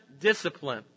discipline